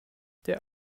der